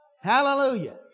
Hallelujah